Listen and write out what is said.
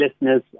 listeners